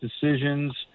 decisions